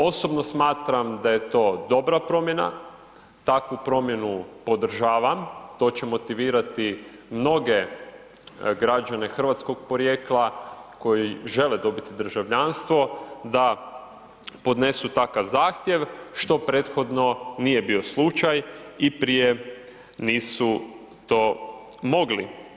Osobno smatram da to dobra promjena, takvu promjenu podržavam, to će motivirati mnoge građane hrvatskog porijekla koji žele dobiti državljanstvo da podnesu takav zahtjev što prethodno nije bio slučaj i prije nisu to mogli.